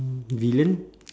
villain